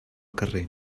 carrer